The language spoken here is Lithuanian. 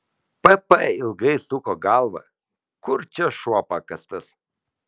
pp ilgai suko galvą kur čia šuo pakastas